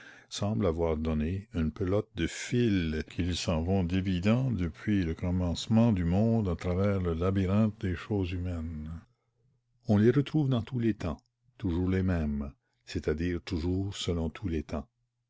semble avoir donné une pelote de fil qu'ils s'en vont dévidant depuis le commencement du monde à travers le labyrinthe des choses humaines on les retrouve dans tous les temps toujours les mêmes c'est-à-dire toujours selon tous les temps